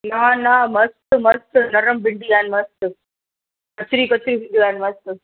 न न मस्तु मस्तु नरम भिंडी आहिनि मस्तु कचिरी कचिरियूं भिंडियूं आहिनि मस्तु